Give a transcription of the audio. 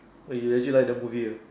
wait you actually like the movie ah